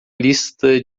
lista